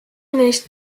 neist